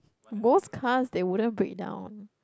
both cars that wouldn't break down